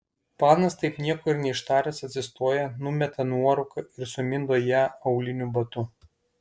panas taip nieko ir neištaręs atsistoja numeta nuorūką ir sumindo ją auliniu batu